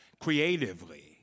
Creatively